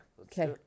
Okay